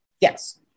Yes